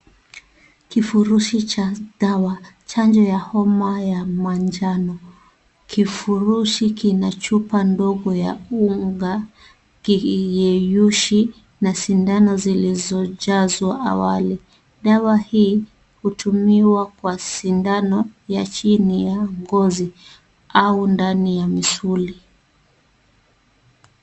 Kifurushi cha dawa, chanjo ya homa ya manjano. Kifurushi kina chupa ndogo ya unga, kiyeyushi na sindano zilizojazwa awali. Dawa hii hutumiwa kwa sindano ya chini ya ngozi au ndani ya misuli.